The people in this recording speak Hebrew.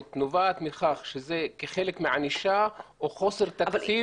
נובעת מכך שזה חלק מענישה או חוסר תקציב?